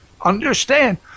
understand